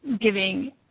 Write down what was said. giving